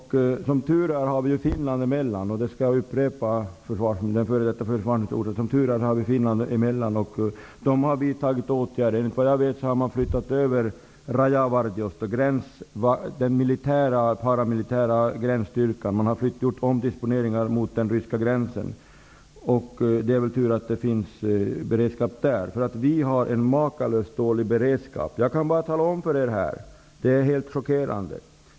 Som tur är finns Finland däremellan. Men i Finland har man vidtagit åtgärder. Såvitt jag vet har den paramilitära gränsstyrkan -- Rajavartiosto -- gjort vissa omdisponeringar mot den ryska gränsen. Det är väl tur att det finns beredskap där. Sverige har en makalöst dålig beredskap. Jag kan tala om följande för er, och det är helt chockerande.